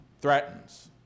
threatens